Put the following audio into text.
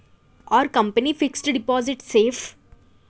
Are company fixed deposit safe?